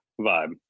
Vibe